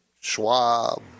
Schwab